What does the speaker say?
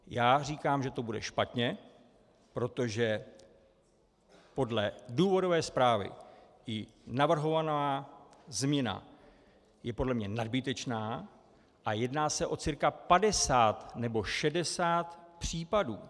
Já říkám, že to bude špatně, protože podle důvodové zprávy navrhovaná změna je podle mě nadbytečná a jedná se o cca 50 nebo 60 případů.